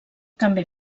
també